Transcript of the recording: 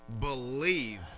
believe